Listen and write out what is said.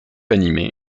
animé